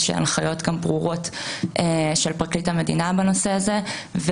יש הנחיות ברורות של פרקליט המדינה בנושא הזה,